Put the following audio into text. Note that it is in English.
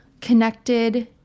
connected